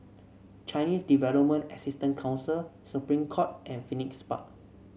Chinese Development Assistance Council Supreme Court and Phoenix Park